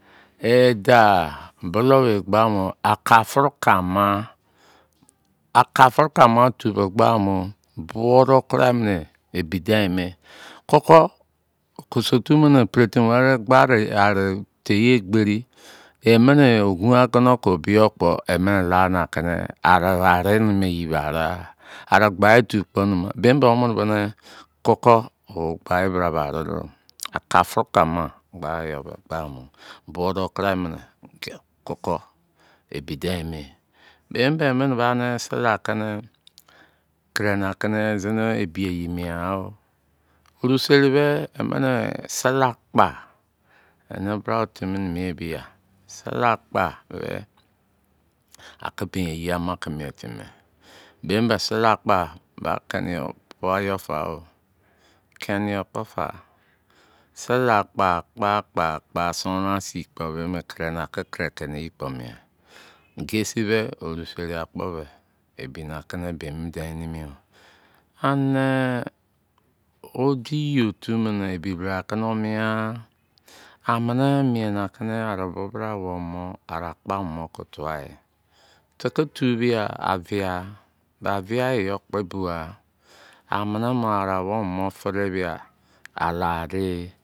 Eda bulou bee gbamo akafrukama akafrukama otu bo gbaa mo buo do kurai mini ebi dein me koko okosu otu mini peretimi weri gbade ari tei egbberi emini ogun agono ko biyo kpo emini la ni akini ogun afono ko biyo kpo emuni lani akini ari ari mmi yebe arigha are gba yi tu kpo numugha beimbe womni boni koko o gba yi bra be ari do akafrukama gbayi yo be gbaa mo buo do kuraimini koko eba ebi dein me bei mbe emini bani sii akini krena kuni zini ebi ebi eyi mienghan o oruseri be emini sili akpa eni bra o timi nimi e bia sili akpa be aki bin eyi ama ki mien timi me bei mi be sili kpa ba keni yo pua yo fao keni yo kpo fa sili akpa akpa akpa sonron a suj kpo be mi kre na ki kre keni eyi kpo mienghan gesi be oruseri akpo be ebi n akimi beibmi dein nimi yo. Ani wo di yi otu mini ebi bra akiniwo riierngha amini mien ni akini ari bobra awou mini